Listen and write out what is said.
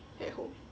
at home